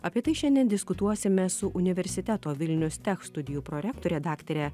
apie tai šiandien diskutuosime su universiteto vilnius tech studijų prorektore daktare